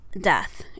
death